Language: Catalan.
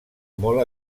molt